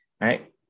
right